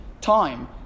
time